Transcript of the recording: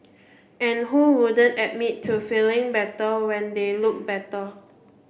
and who wouldn't admit to feeling better when they look better